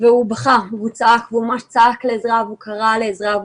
הוא בכה וצעק לעזרה וקרא לעזרה.